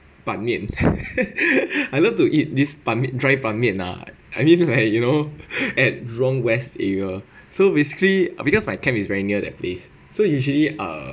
ban mian I love to eat this ban mian dry ban mian ah I mean like you know at jurong west area so basically because my camp is very near that place so usually ah